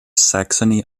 saxony